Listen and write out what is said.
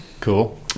cool